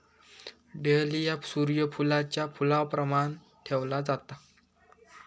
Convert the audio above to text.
डहलियाक सूर्य फुलाच्या फुलाप्रमाण ठेवला जाता